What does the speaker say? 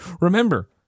Remember